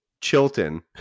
Chilton